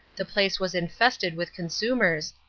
the place was infested with consumers,